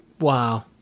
wow